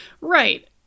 Right